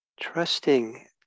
trusting